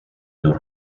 los